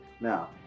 Now